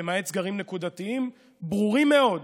למעט סגרים נקודתיים ברורים מאוד